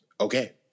okay